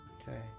Okay